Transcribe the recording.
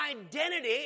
identity